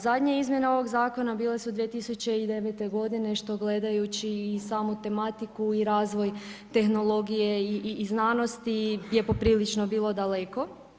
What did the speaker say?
Zadnje izmjene ovog zakona bile su 2009. godine što gledajući i samu tematiku i razvoj tehnologije i znanosti je poprilično bilo daleko.